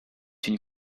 une